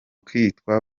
kitwa